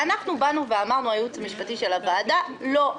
אנחנו אמרנו, הייעוץ המשפטי של הוועדה: לא.